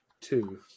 two